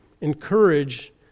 Encourage